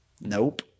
Nope